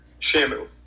shamu